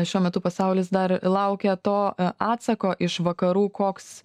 šiuo metu pasaulis dar laukia to atsako iš vakarų koks